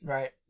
Right